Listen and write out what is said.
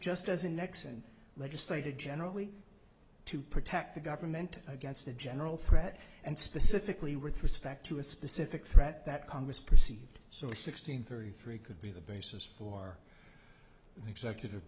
just doesn't nexen legislated generally to protect the government against a general threat and specifically with respect to a specific threat that congress perceives so sixteen thirty three could be the basis for executive